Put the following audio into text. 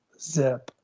zip